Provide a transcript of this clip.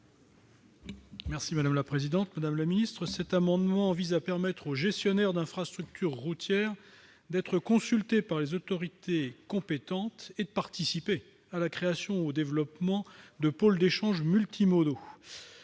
présenter l'amendement n° 537 rectifié. Cet amendement vise à permettre aux gestionnaires d'infrastructures routières d'être consultés par les autorités compétentes et de participer à la création ou au développement de pôles d'échanges multimodaux.